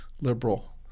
liberal